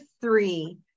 three